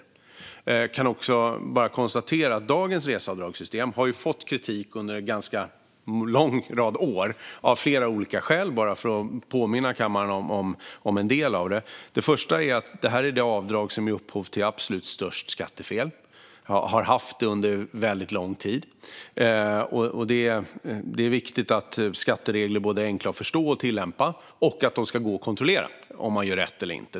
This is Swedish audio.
Jag kan också bara konstatera att dagens reseavdragssystem har fått kritik under en ganska lång rad år, av flera olika skäl, och jag kan påminna kammaren om ett par av dem. Ett skäl är att detta är det avdrag som ger upphov till absolut störst skattefel, och så har det varit under väldigt lång tid. Det är viktigt att skatteregler är både enkla att förstå och tillämpa samt att det ska gå att kontrollera om människor gör rätt eller inte.